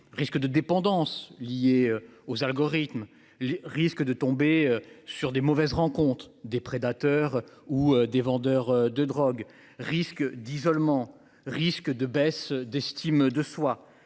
risque de dépendance liée aux algorithmes les risque de tomber sur des mauvaises rencontre des prédateurs ou des vendeurs de drogue risque d'isolement risque de baisse d'estime de soi.